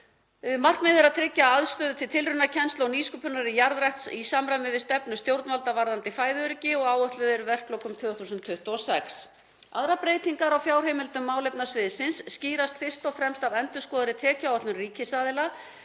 Markmiðið er að tryggja aðstöðu til tilraunakennslu og nýsköpunar í jarðrækt í samræmi við stefnu stjórnvalda varðandi fæðuöryggi. Áætluð verklok eru árið 2026. Aðrar breytingar á fjárheimildum málefnasviðsins skýrast fyrst og fremst af endurskoðaðri tekjuáætlun ríkisaðila